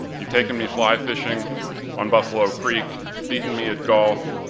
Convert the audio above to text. you've taken me fly fishing on buffalo creek, beaten me at golf,